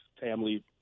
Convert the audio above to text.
family